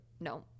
No